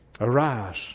Arise